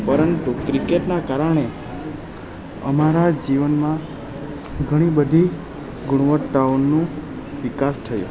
પરંતુ ક્રિકેટના કારણે અમારા જીવનમાં ઘણી બધી ગુણવત્તાઓનો વિકાસ થયો